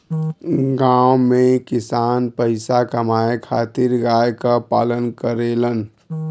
गांव में किसान पईसा कमाए खातिर गाय क पालन करेलन